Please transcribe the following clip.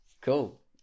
cool